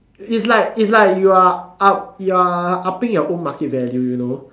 it's like it's like you are up you are upping your own market value you know